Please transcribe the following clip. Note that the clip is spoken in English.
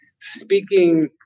speaking